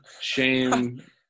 shame